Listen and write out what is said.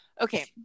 Okay